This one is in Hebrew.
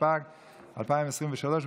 התשפ"ג 2023,